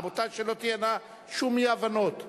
רבותי, שלא תהיינה שום אי-הבנות.